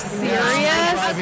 serious